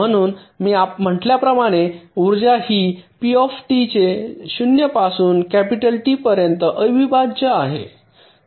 म्हणून मी म्हटल्याप्रमाणे उर्जा ही पी टी चे 0 पासून कॅपिटल टी पर्यंत अविभाज्य आहे